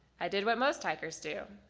i did what most hikers do.